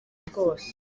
bwose